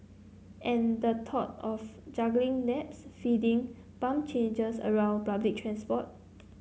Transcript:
and the thought of juggling naps feeding bum changes around public transport